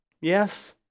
yes